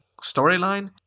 storyline